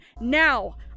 Now